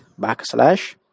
backslash